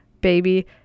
baby